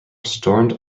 stormed